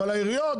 אבל העיריות,